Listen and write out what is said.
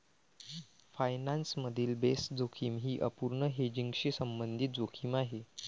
finance मधील base जोखीम ही अपूर्ण हेजिंगशी संबंधित जोखीम आहे